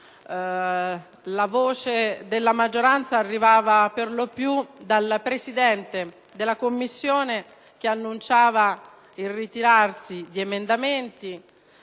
La voce della maggioranza arrivava per lo più dal Presidente della Commissione che annunciava il ritiro di emendamenti